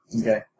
Okay